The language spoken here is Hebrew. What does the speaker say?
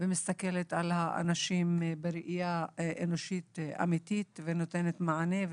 ומסתכלת על האנשים בראייה אנושית אמיתית ונותנת מענה.